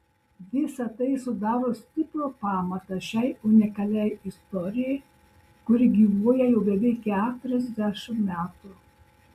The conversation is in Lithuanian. visa tai sudaro stiprų pamatą šiai unikaliai istorijai kuri gyvuoja jau beveik keturiasdešimt metų